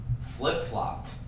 flip-flopped